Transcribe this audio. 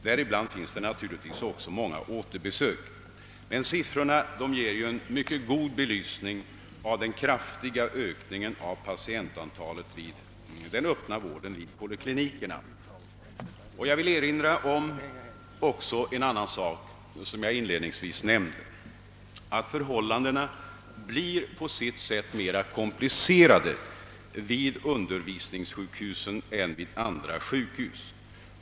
Däribland finns naturligtvis många återbesök, men siffrorna ger en mycket god belysning av ökningen i patientantalet vid den öppna vården på poliklinikerna. Jag vill även erinra om en annan sak, som jag inledningsvis antydde. Förhållandena blir på sitt sätt mera komplicerade vid undervisningssjukhusen än vid andra sjukhus.